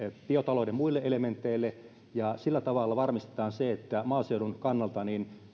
biotalouden muille elementeille ja sillä tavalla varmistetaan että maaseudun kannalta